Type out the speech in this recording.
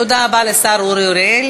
תודה רבה לשר אורי אריאל.